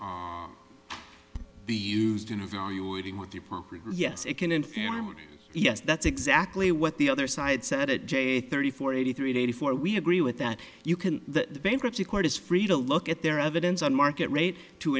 value yes it can and yes that's exactly what the other side said it jane thirty four eighty three eighty four we agree with that you can the bankruptcy court is free to look at their evidence on market rate to